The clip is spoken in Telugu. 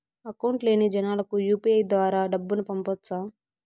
అకౌంట్ లేని జనాలకు యు.పి.ఐ ద్వారా డబ్బును పంపొచ్చా?